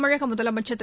தமிழக முதலமைச்சர் திரு